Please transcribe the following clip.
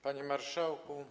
Panie Marszałku!